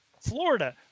Florida